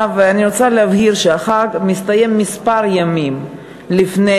אני רוצה להבהיר שהחג מסתיים כמה ימים לפני